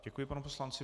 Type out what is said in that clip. Děkuji panu poslanci.